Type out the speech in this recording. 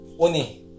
uni